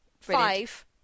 Five